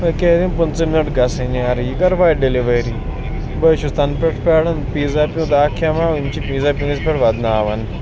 أکے ہیٚتِنۍ پٕنٛژٕ مِنٹ گژھٕنۍ یارٕ یہِ کَر واتہِ ڈیٚلِؤری باے حظ چھُس تَنہٕ پٮ۪ٹھ پیاران پیٖزا پیوٗت اَکھ کھٮ۪مہاو یِم چھِ پیٖزا پیٖنَس پٮ۪ٹھ وَدناوان